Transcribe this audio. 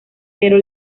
pero